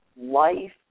life